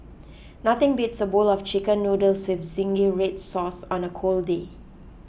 nothing beats a bowl of Chicken Noodles with Zingy Red Sauce on a cold day